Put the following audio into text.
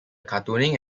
cartooning